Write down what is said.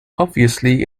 obviously